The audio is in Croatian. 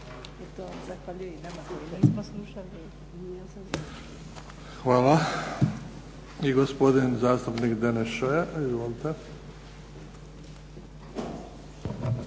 Hvala. I gospodin zastupnik Denes Šoja. Izvolite.